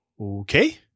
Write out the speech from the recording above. Okay